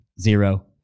zero